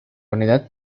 unidad